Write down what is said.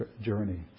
journey